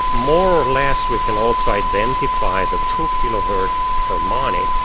more or less we can also identify the two kilohertz harmonics,